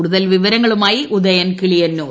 കൂടുതൽ വിവരങ്ങളുമായി ഉദയൻ കിളിയന്നൂർ